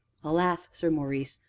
alas, sir maurice,